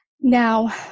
Now